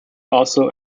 also